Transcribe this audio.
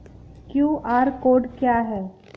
QR code क्या है?